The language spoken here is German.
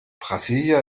brasília